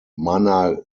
mana